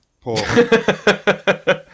Poor